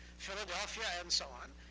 philadelphia, and so on.